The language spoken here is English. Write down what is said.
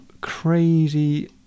crazy